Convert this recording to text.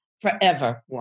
forever